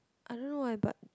I don't know eh but